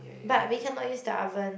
but we cannot use the oven